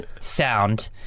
Sound